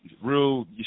real